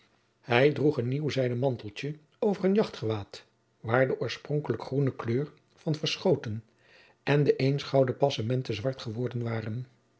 hij droeg een nieuw zijden manteltje over een jachtgewaad waar de oorspronkelijk groene kleur van verschoten en de eens gouden passementen zwart geworden waren